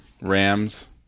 Rams